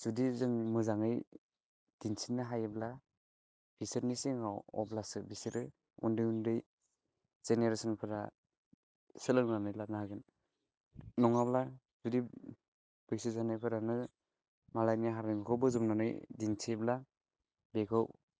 जुदि जों मोजाङै दिन्थिनो हायोब्ला बिसोरनि सिगाङाव अब्लासो बिसोरो उन्दै उन्दै जेनेरेसनफोरा सोलोंनानै लानो हागोन नङाब्ला जुदि बैसो जानायफोरानो मालायनि हारिमुखौ बजबनानै दिन्थियोब्ला बेखौ